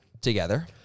together